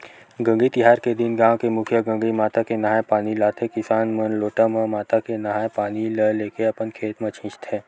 गंगई तिहार के दिन गाँव के मुखिया गंगई माता के नंहाय पानी लाथे किसान मन लोटा म माता के नंहाय पानी ल लेके अपन खेत म छींचथे